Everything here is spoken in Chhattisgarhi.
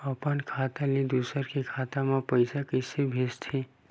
अपन खाता ले दुसर के खाता मा पईसा कइसे भेजथे?